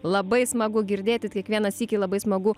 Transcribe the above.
labai smagu girdėti kiekvieną sykį labai smagu